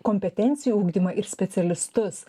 kompetencijų ugdymą ir specialistus